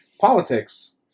politics